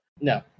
No